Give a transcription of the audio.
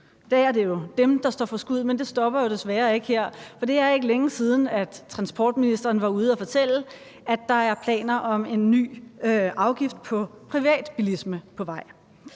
Der er det jo dem, der står for skud, men det stopper desværre ikke her, for det er ikke længe siden, at transportministeren var ude at fortælle, at der er planer på vej om en ny afgift på privatbilisme.